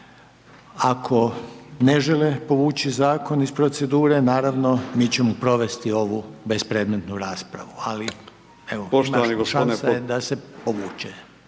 Ako ne žele povući zakon iz procedure, naravno, mi ćemo provesti ovu bespredmetnu raspravu, ali evo šansa je da se povuće.